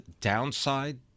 downside